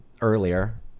earlier